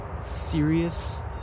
serious